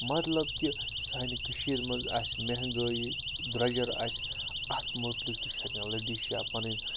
مطلب کہِ سانہِ کٔشیٖرِ منٛز آسہِ مہنگٲیی درٛوٚجَر آسہِ اَتھ مُتعلِق تہِ چھِ ہٮ۪کان لٔڈِشاہ پَنٕنۍ